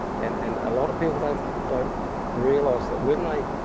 and and a lot of people don't but realize that when they,